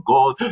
God